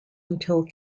until